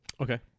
Okay